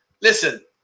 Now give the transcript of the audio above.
listen